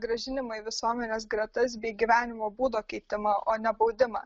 grąžinimui visuomenės gretas bei gyvenimo būdo keitimą o ne baudimą